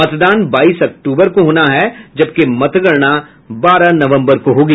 मतदान बाईस अक्टूबर को होना है जबकि मतगणना बारह नवम्बर को होगी